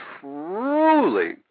truly